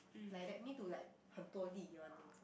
like that need to like 很多力 one ah